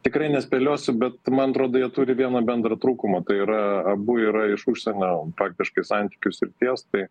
tikrai nespėliosiu bet man atrodo jie turi vieną bendrą trūkumą tai yra abu yra iš užsienio praktiškai santykių srities tai